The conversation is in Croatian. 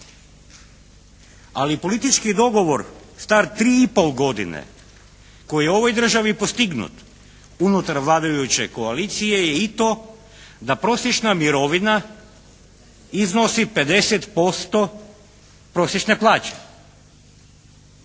Ali politički dogovor star tri i pol godine koji je u ovoj državi postignut unutar vladajuće koalicije je i to da prosječna mirovina iznosi 50% prosječne plaće.